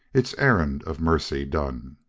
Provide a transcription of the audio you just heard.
its errand of mercy done.